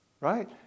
right